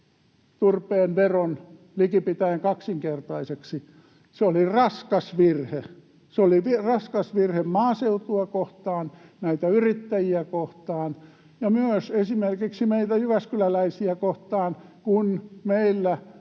turpeen veron likipitäen kaksinkertaiseksi. Se oli raskas virhe. Se oli raskas virhe maaseutua kohtaan, näitä yrittäjiä kohtaan ja myös esimerkiksi meitä jyväskyläläisiä kohtaan. Kun meillä